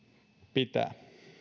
pitää